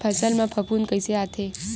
फसल मा फफूंद कइसे आथे?